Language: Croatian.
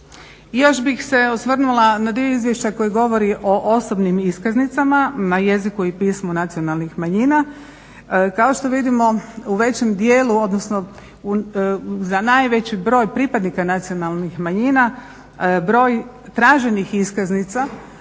Još bih se osvrnula na dio izvješća koji govori o osobnim iskaznicama na jeziku i pismu nacionalnih manjina. Kao što vidimo u većem dijelu odnosno za najveći broj pripadnika nacionalnih manjina broj traženih iskaznica